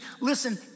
listen